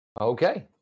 Okay